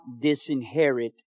disinherit